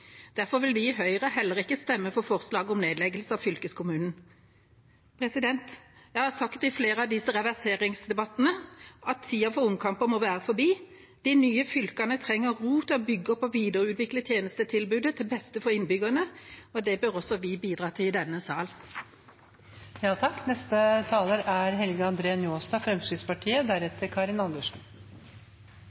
Derfor vil vi i Høyre heller ikke stemme for forslaget om nedleggelse av fylkeskommunen. Jeg har sagt det i flere av disse reverseringsdebattene: Tida for omkamper må være forbi. De nye fylkene trenger ro til å bygge opp og videreutvikle tjenestetilbudet til beste for innbyggerne, og det bør også vi i denne sal bidra til.